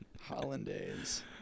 Hollandaise